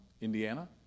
Indiana